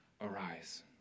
arise